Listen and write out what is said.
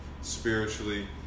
spiritually